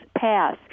pass